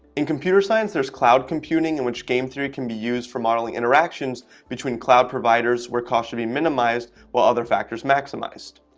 in computer science there's cloud computing in which game theory can be used for modeling interactions between cloud providers where cost should be minimized while other factors? maximized